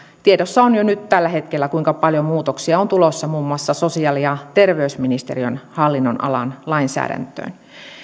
tiedossa on jo nyt tällä hetkellä kuinka paljon muutoksia on tulossa muun muassa sosiaali ja terveysministeriön hallinnonalan lainsäädäntöön